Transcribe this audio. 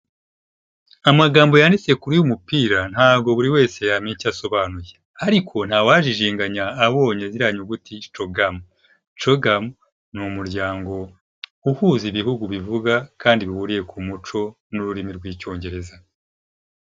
Amagambo yanditse kuri uyu mupira ntabwo buri wese yamenya icyo asobanuye, ariko ntawajijinganya abonye ziriya nyuguti CHOGM. CHOGM ni umuryango uhuza ibihugu bivuga kandi bihuriye ku muco n'ururimi rw'icyongereza.